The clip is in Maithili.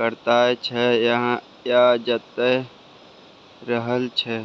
करैत छै या जतय रहय छै